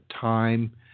time